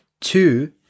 two